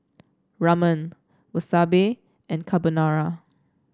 Ramen Wasabi and Carbonara